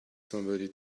somebody